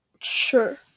Sure